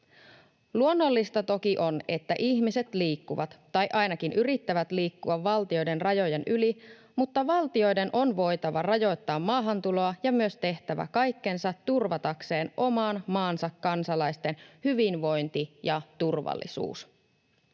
Luonnollista toki on, että ihmiset liikkuvat tai ainakin yrittävät liikkua valtioiden rajojen yli, mutta valtioiden on voitava rajoittaa maahantuloa ja myös tehtävä kaikkensa turvatakseen oman maansa kansalaisten hyvinvointi ja turvallisuus.